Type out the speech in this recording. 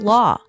Law